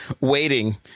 waiting